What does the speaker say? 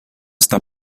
está